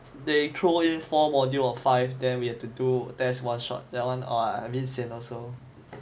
they throw in four modules or five then we have to do test one shot that one !wah! a bit sian also